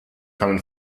common